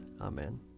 Amen